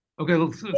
Okay